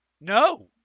no